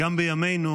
גם בימינו